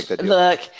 Look